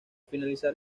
finalizar